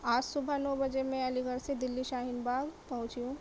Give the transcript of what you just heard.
آج صبح نو بجے میں علی گڑھ سے دہلی شاہین باغ پہنچی ہوں